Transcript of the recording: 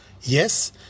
Yes